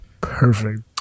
Perfect